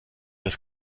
das